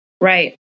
Right